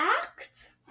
act